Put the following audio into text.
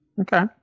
Okay